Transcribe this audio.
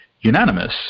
unanimous